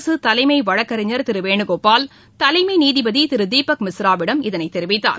அரசு தலைமை வழக்கறிஞர் திரு வேணுகோபால் தலைமை நீதிபதி திரு தீபக் மிஸ்ராவிடம் இதனை தெரிவித்தார்